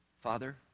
father